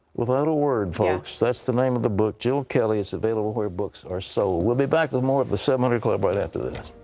without a word, folks. thats the name of the book. jill kelly. its available where books are sold. so well be back with more of the seven hundred club right after this.